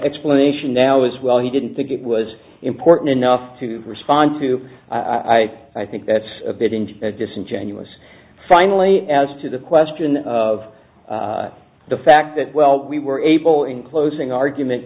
explanation now as well he didn't think it was important enough to respond to i i i think that's a bit and disingenuous finally as to the question of the fact that well we were able in closing argument